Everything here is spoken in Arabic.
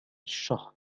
الشهر